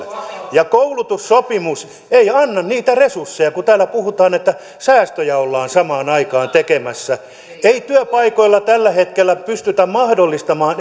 hetkellä koulutussopimus ei anna niitä resursseja kun täällä puhutaan että säästöjä ollaan samaan aikaan tekemässä ei työpaikoilla tällä hetkellä pystytä mahdollistamaan